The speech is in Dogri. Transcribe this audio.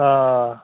हां